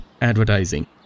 advertising